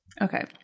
Okay